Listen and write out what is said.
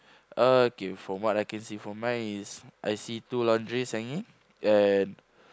okay from what I can see from mine is I see two laundries hanging and